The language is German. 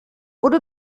wurde